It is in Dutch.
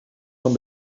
van